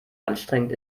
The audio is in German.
anstrengend